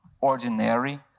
ordinary